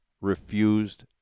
refused